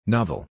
Novel